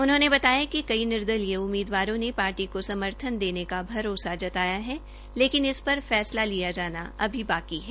उन्होंने बताया कि निर्दलीय उम्मीदवारों ने पार्टी को समर्थन देने का भारोसा जताया है लेकिन इस पर फैसला लिया जाना अभी बाकी है